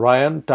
Ryan